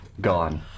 gone